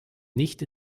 nicht